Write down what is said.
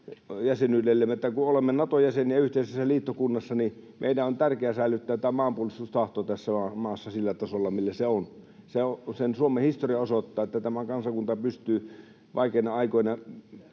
kun olemme Nato-jäseniä ja yhteisessä liittokunnassa, on säilyttää maanpuolustustahto tässä maassa sillä tasolla, millä se on. Suomen historia osoittaa, että tämä kansakunta pystyy vaikeina aikoina